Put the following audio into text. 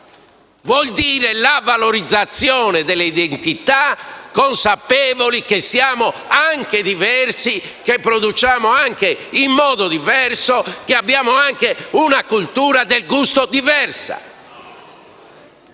vuol dire la valorizzazione delle identità, consapevoli che siamo anche diversi, che produciamo in modo diverso e che abbiamo anche una cultura del gusto diversa.